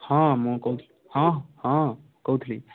ହଁ ମୁଁ କହୁଥିଲି ହଁ ହଁ କହୁଥିଲି